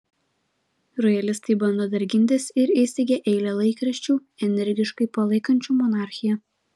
rojalistai bando dar gintis ir įsteigia eilę laikraščių energiškai palaikančių monarchiją